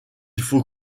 faut